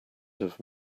have